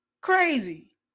Crazy